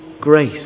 grace